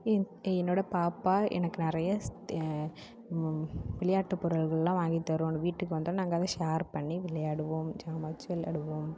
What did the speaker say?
என் என்னோட பாப்பா எனக்கு நிறையா விளையாட்டு பொருள்களெலாம் வாங்கி தருவோம் வீட்டுக்கு வந்தால் நாங்கள் அதை ஷேர் பண்ணி விளையாடுவோம் சாமான் வச்சு விளையாடுவோம்